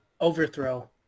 overthrow